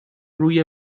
روی